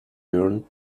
learned